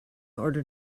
order